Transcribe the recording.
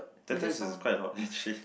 sometimes it's quite a lot actually